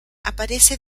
aparece